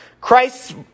Christ